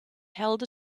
held